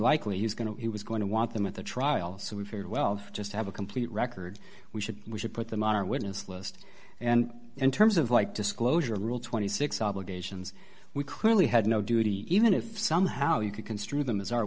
likely he's going to he was going to want them at the trial so we farewelled just have a complete record we should we should put them on our witness list and in terms of like disclosure rule twenty six obligations we clearly had no duty even if somehow you could construe them as our